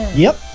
yep,